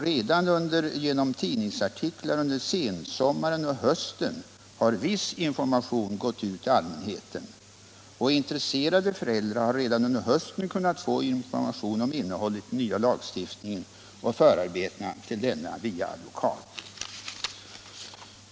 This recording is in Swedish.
Redan genom tidningsartiklar under sensommaren och hösten har viss information gått ut till allmänheten. Intresserade föräldrar har redan under hösten via advokat kunnat få information om innehållet i den nya lagstiftningen och förarbetena till denna.